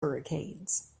hurricanes